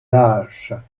lâches